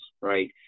right